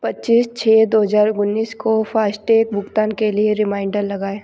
पच्चीस छः दो हज़ार उन्नीस को फ़ास्टैग भुगतान के लिए रिमाइंडर लगाएँ